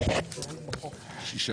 שישה.